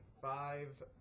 five